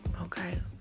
okay